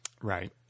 Right